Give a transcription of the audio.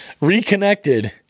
reconnected